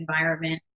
environment